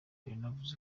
yanavuze